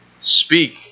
speak